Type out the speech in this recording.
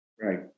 Right